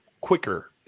quicker